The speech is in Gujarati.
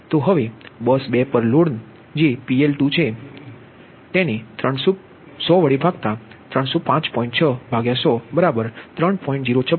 હવે બસ 2 પર લોડ છે તે PL2 તેથી યુનિટ દીઠ 3